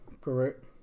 correct